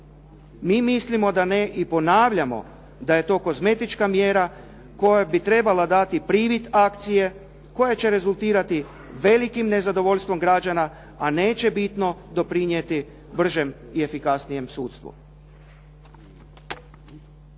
Mi mislimo da ne i ponavljamo da je to kozmetička mjera koja bi trebala dati privid akcije, koja će rezultirati velikim nezadovoljstvom građana a neće bitno doprinijeti bržem i efikasnijem sudstvu.